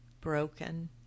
broken